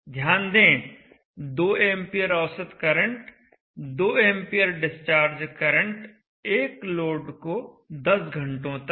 ध्यान दें 2 एंपियर औसत करंट 2 एंपियर डिस्चार्ज करंट एक लोड को 10 घंटों तक